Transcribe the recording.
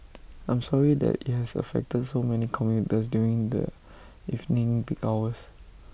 I'm sorry that IT has affected so many commuters during the evening peak hours